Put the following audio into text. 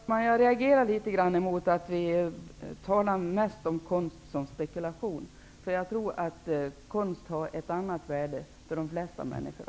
Herr talman! Jag reagerar litet mot att vi mest talar om konstköp som spekulation. Jag tror att konst har ett annat värde för de flesta människor.